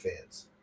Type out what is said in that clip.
fans